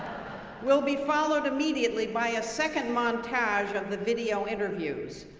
will be followed immediately by a second montage of the video interviews.